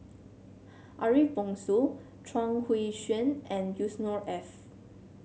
Ariff Bongso Chuang Hui Tsuan and Yusnor Ef